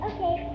Okay